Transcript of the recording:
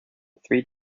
three